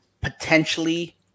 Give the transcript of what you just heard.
potentially